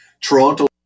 toronto